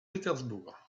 pétersbourg